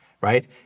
right